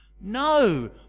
No